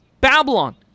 Babylon